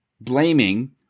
blaming